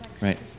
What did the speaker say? right